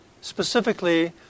specifically